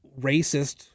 racist